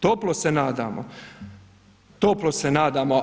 Toplo se nadamo, toplo se nadamo.